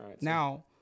Now